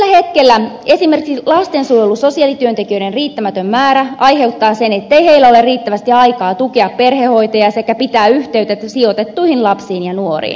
tällä hetkellä esimerkiksi lastensuojelun sosiaalityöntekijöiden riittämätön määrä aiheuttaa sen ettei heillä ole riittävästi aikaa tukea perhehoitajia sekä pitää yhteyttä sijoitettuihin lapsiin ja nuoriin